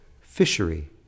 Fishery